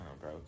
bro